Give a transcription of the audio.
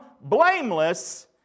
blameless